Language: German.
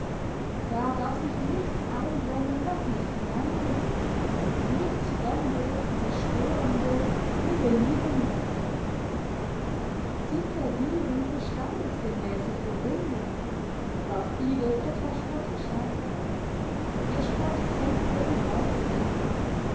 da darf sich nichts eindrängen was nicht hineingehört nichts fremdes zerstörendes nivellierendes sie plaidieren für standesgemässe verbindung warf fides etwas spöttisch ein ihr spott kränkte und reizte ihn